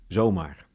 Zomaar